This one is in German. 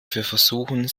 versuchen